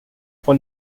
for